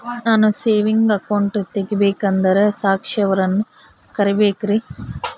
ನಾನು saving account ತೆಗಿಬೇಕಂದರ ಸಾಕ್ಷಿಯವರನ್ನು ಕರಿಬೇಕಿನ್ರಿ?